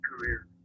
career